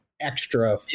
extra